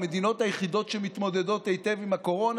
המדינות היחידות שמתמודדות היטב עם הקורונה